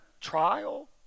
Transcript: trial